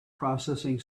processing